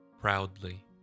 proudly